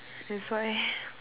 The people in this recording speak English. that's why